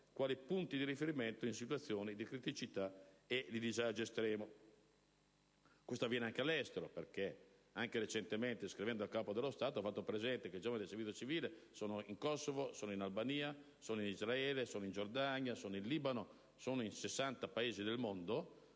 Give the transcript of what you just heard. quali punti di riferimento in situazioni di criticità e disagio estremo. Ciò avviene anche all'estero: anche recentemente, scrivendo al Capo dello Stato, ho fatto presente che i giovani del servizio civile sono in Kosovo, Albania, Israele, Giordania e Libano; sono in 60 Paesi del mondo,